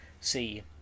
see